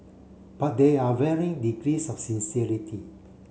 but there are varying degrees of sincerity